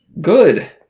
Good